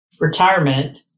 retirement